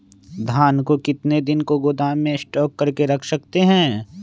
धान को कितने दिन को गोदाम में स्टॉक करके रख सकते हैँ?